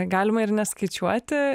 galima ir neskaičiuoti